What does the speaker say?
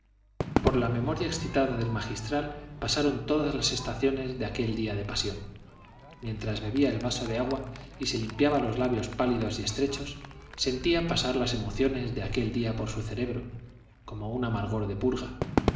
por la memoria excitada del magistral pasaron todas las estaciones de aquel día de pasión mientras bebía el vaso de agua y se limpiaba los labios pálidos y estrechos sentía pasar las emociones de aquel día por su cerebro como un amargor de purga